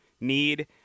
need